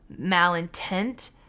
malintent